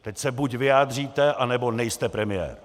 Teď se buď vyjádříte, anebo nejste premiér!